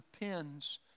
depends